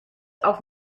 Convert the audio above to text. auf